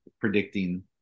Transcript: predicting